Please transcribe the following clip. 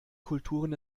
kulturen